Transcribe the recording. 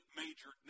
major